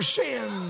sin